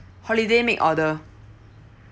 holiday make order